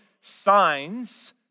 signs